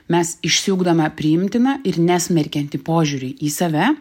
mes išsiugdome priimtiną ir nesmerkiantį požiūrį į save